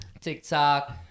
TikTok